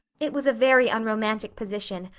it was a very unromantic position,